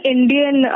Indian